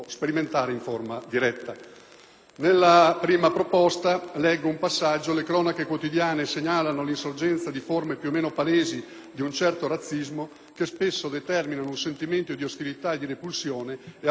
della mozione n. 42: «le cronache quotidiane segnalano l'insorgenza di forme, più o meno palesi, di un certo razzismo che spesso determinano un sentimento di ostilità, di repulsione e che, a volte, generano violenze vere e proprie».